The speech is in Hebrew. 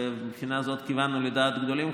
מבחינה זאת כיוונו לדעת גדולים,